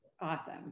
Awesome